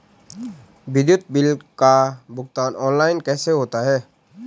विद्युत बिल का भुगतान ऑनलाइन कैसे होता है?